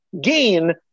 gain